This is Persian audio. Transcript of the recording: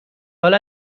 حالا